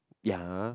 ya